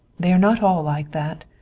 they are not all like that,